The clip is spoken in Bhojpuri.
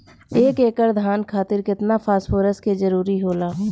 एक एकड़ धान खातीर केतना फास्फोरस के जरूरी होला?